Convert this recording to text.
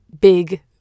big